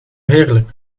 heerlijk